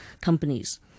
companies